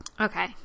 Okay